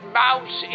mouse